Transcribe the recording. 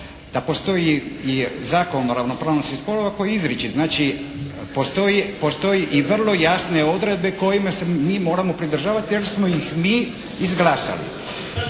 pa postoji Zakon o ravnopravnosti spolova … /Ne razumije se./ … znači postoji i vrlo jasne odredbe kojih se mi moramo pridržavati jer smo ih mi izglasali.